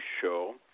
show